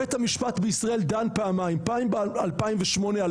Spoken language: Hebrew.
בית המשפט בישראל דן פעמיים פעם ב- 2008 על